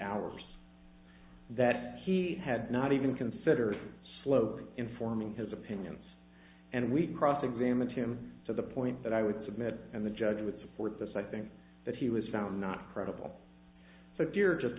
hours that he had not even considered slowing in forming his opinions and we cross examined him to the point that i would submit and the judge would support this i think that he was found not credible